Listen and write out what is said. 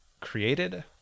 created